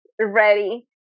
ready